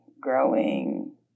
growing